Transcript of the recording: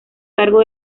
cargo